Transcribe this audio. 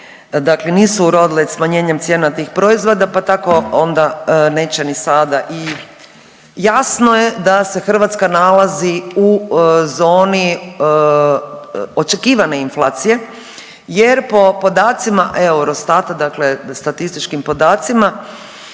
dakle nisu urodile smanjenjem cijena tih proizvoda, pa tako onda neće ni sada i jasno je da se Hrvatska nalazi u zoni očekivane inflacije jer po podacima Eurostata, dakle statističkim podacima